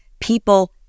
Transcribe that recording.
people